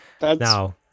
now